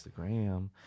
Instagram